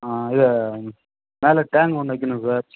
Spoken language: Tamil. ஆ இது மேலே டேங்க் ஒன்று வைக்கணும் சார்